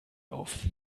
auf